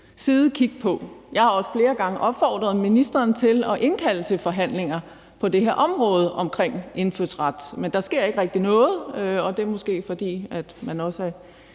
Jeg har også flere gange opfordret ministeren til at indkalde til forhandlinger på det her område omkring indfødsret, men der sker ikke rigtig noget, og det er måske, fordi man også er